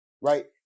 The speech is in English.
Right